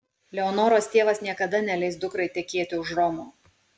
leonoros tėvas niekada neleis dukrai tekėti už romo